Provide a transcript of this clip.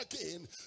again